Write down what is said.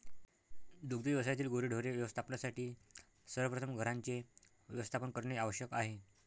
दुग्ध व्यवसायातील गुरेढोरे व्यवस्थापनासाठी सर्वप्रथम घरांचे व्यवस्थापन करणे आवश्यक आहे